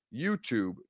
YouTube